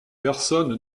personne